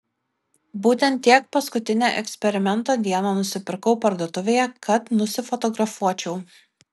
būtent tiek paskutinę eksperimento dieną nusipirkau parduotuvėje kad nusifotografuočiau